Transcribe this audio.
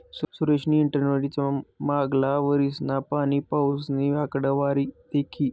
सुरेशनी इंटरनेटवरी मांगला वरीसना पाणीपाऊसनी आकडावारी दखी